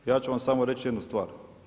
Ja ću vam samo reći jednu stvar.